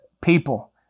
people